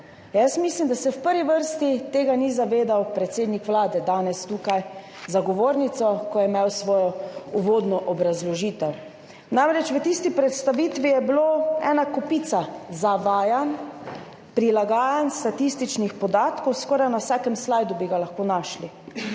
Jaz mislim, da se v prvi vrsti tega ni zavedal predsednik Vlade danes tukaj za govornico, ko je imel svojo uvodno obrazložitev, namreč v tisti predstavitvi je bila ena kopica zavajanj, prilagajanj statističnih podatkov, skoraj na vsakem slajdu bi jih lahko našli.